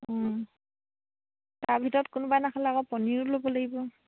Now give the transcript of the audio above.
তাৰ ভিতৰত কোনোবাই নাখালে আকৌ পনীৰো ল'ব লাগিব